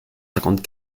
cinquante